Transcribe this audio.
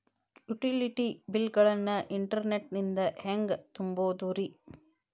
Utility bill ಗಳನ್ನ internet ನಿಂದ ಹೆಂಗ್ ತುಂಬೋದುರಿ?